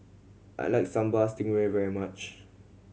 I like Sambal Stingray very much